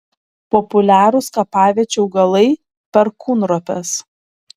populiarūs kapaviečių augalai perkūnropės